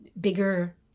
bigger